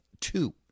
two